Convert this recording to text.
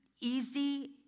Easy